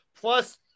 Plus